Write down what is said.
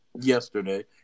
yesterday